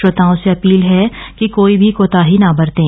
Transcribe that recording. श्रोताओं से अपील है कि कोई भी कोताही न बरतें